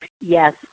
Yes